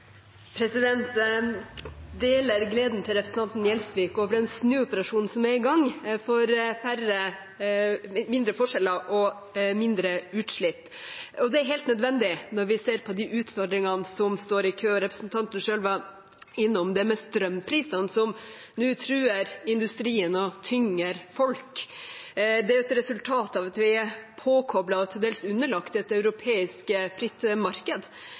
i gang for mindre forskjeller og mindre utslipp. Det er helt nødvendig når vi ser de utfordringene som står i kø. Representanten selv var innom det med strømprisene som nå truer industrien og tynger folk. Det er jo et resultat av at vi er påkoblet og til dels underlagt et europeisk fritt marked,